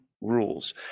rules